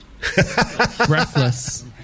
Breathless